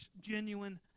genuine